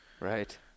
Right